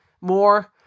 more